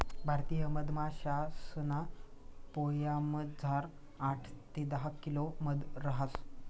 भारतीय मधमाशासना पोयामझार आठ ते दहा किलो मध रहास